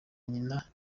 nyina